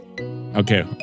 Okay